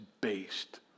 based